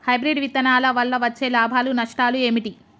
Hybrid విత్తనాల వల్ల వచ్చే లాభాలు నష్టాలు ఏమిటి?